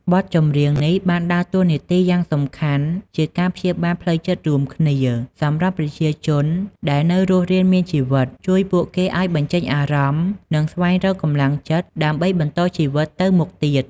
បទចម្រៀងទាំងនេះបានដើរតួនាទីយ៉ាងសំខាន់ជា ការព្យាបាលផ្លូវចិត្តរួមគ្នា សម្រាប់ប្រជាជនដែលនៅរស់រានមានជីវិត ជួយពួកគេឲ្យបញ្ចេញអារម្មណ៍ និងស្វែងរកកម្លាំងចិត្តដើម្បីបន្តជីវិតទៅមុខទៀត។